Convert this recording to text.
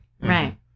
Right